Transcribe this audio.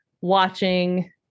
watching